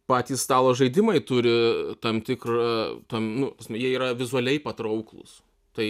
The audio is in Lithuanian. patys stalo žaidimai turi tam tikrą tom nu ta prasme yra vizualiai patrauklūs tai